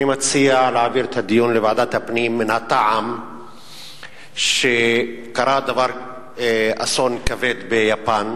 אני מציע להעביר את הדיון לוועדת הפנים מן הטעם שקרה אסון כבד ביפן,